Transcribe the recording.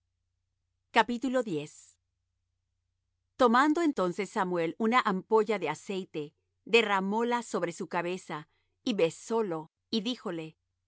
dios tomando entonces samuel una ampolla de aceite derramóla sobre su cabeza y besólo y díjole no